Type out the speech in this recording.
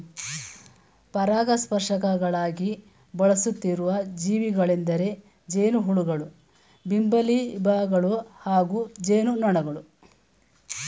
ಪರಾಗಸ್ಪರ್ಶಕಗಳಾಗಿ ಬಳಸುತ್ತಿರೋ ಜೀವಿಗಳೆಂದರೆ ಜೇನುಹುಳುಗಳು ಬಂಬಲ್ಬೀಗಳು ಹಾಗೂ ಜೇನುನೊಣಗಳು